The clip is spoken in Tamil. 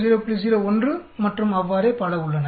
01 மற்றும் அவ்வாறே பல உள்ளன